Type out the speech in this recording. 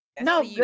No